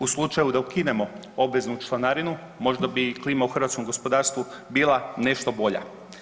U slučaju da ukinemo obveznu članarinu možda bi i klima u hrvatskom gospodarstvu bila nešto bolja.